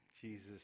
Jesus